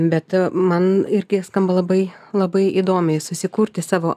bet man irgi skamba labai labai įdomiai susikurti savo